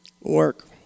Work